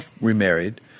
remarried